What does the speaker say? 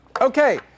Okay